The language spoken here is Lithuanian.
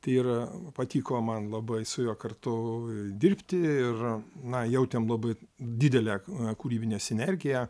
tai ir patiko man labai su juo kartu dirbti ir na jautėm labai didelę kūrybinę sinergiją